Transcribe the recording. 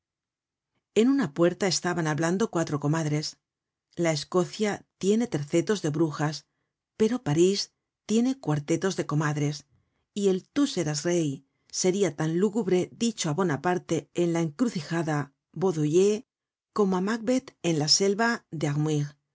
en una puerta estaban hablando cuatro comadres la escocia tiene tercetos de brujas pero parís tiene cuartetos de comadres y el tú serás rey seria tan lúgubre dicho á bonaparte en la encrucijada baudoyer como á macbetb en la selva de